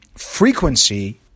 frequency